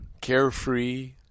carefree